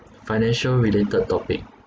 financial related topic